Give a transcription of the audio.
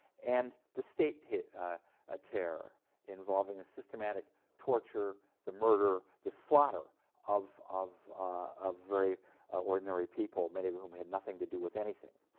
and the state terror ah ah terror involving the systematic torture, the murder, the slaughter of of ah very ordinary people, many of whom had nothing to do with anything.